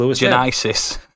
Genesis